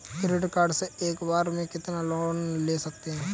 Credit card से एक बार में कितना लोन ले सकते हैं?